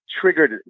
triggered